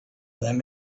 them